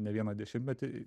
ne vieną dešimtmetį